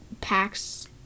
packs